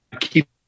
keep